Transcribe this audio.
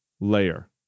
layer